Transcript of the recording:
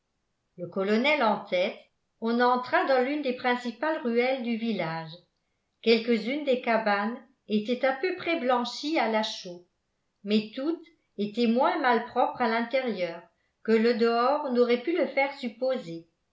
le colonel en tête on entra dans l'une des principales ruelles du village quelques-unes des cabanes étaient à peu près blanchies à la chaux mais toutes étaient moins malpropres à l'intérieur que le dehors n'aurait pu le faire supposer